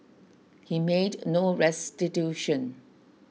he made no restitution